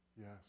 Yes